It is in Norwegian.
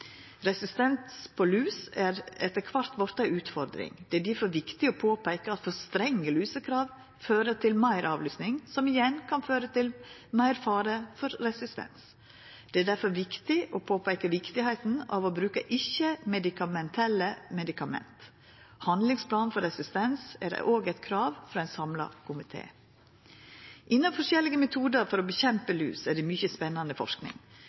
Resistens på lus har etter kvart vorte ei utfordring. Det er difor viktig å påpeika at for strenge lusekrav fører til meir avlusing, som igjen kan føra til større fare for resistens. Det er difor viktig å bruka ikkje-medikamentelle metodar. Handlingsplan for resistens er også eit krav frå ein samla komité. Når det gjeld forskjellige metodar for å setja i verk tiltak mot lus, er det mykje spennande forsking,